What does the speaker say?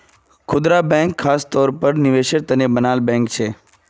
खुदरा बैंक ख़ास तौरेर पर निवेसेर तने बनाल बैंक छे